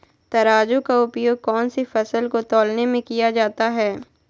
तराजू का उपयोग कौन सी फसल को तौलने में किया जाता है?